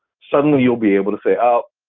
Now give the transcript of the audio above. suddenly, you'll be able to say up,